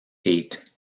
eight